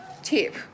tip